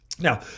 Now